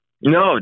no